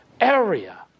area